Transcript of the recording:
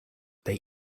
they